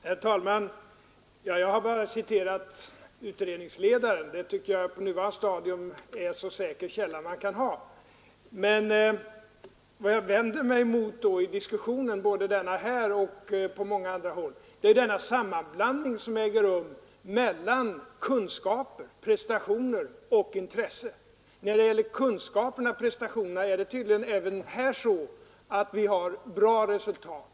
Herr talman! Jag har bara citerat utredningsledaren. Det tycker jag på nuvarande stadium är en så säker källa som man kan ha. Vad jag vänder mig emot i diskussionen, både denna och den som förs på många andra håll, är den sammanblandning som äger rum mellan kunskaper, prestationer och intresse. När det gäller kunskaperna och prestationerna är det tydligen även här så att vi har bra resultat.